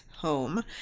home